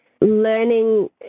learning